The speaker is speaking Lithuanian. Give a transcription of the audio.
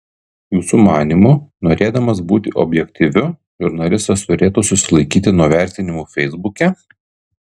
jūsų manymu norėdamas būti objektyviu žurnalistas turėtų susilaikyti nuo vertinimų feisbuke